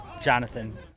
jonathan